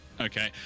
okay